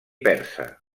persa